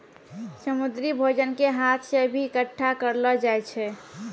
समुन्द्री भोजन के हाथ से भी इकट्ठा करलो जाय छै